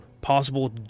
possible